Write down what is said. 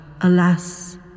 Alas